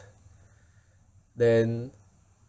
then